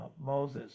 Moses